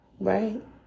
Right